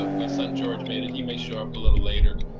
ah my son george made it he may show up a little later.